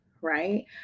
right